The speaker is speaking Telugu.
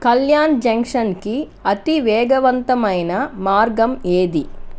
కళ్యాణ్ జంక్షన్కి అతి వేగవంతమైన మార్గం ఏది